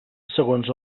segons